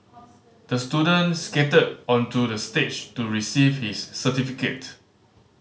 the student skated onto the stage to receive his certificate